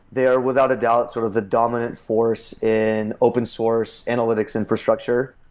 they are without a doubt sort of the dominant force in open source analytics infrastructure.